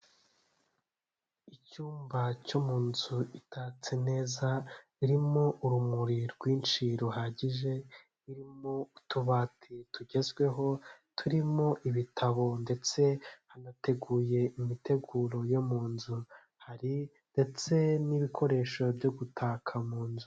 Icyumba cyo mu nzu itatse neza irimo urumuri rwinshi ruhagije, irimo utubati tugezweho turimo ibitabo ndetse hanateguye imiteguro yo mu nzu, hari ndetse n'ibikoresho byo gutaka mu nzu.